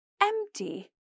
empty